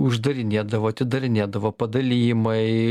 uždarinėdavo atidarinėdavo padalijimai